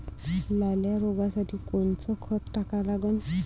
लाल्या रोगासाठी कोनचं खत टाका लागन?